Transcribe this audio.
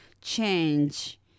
change